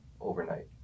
overnight